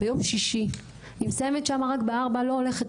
ביום שישי, היא מסיימת שם רק בארבע, לא הולכת